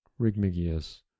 Rigmigius